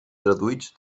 traduïts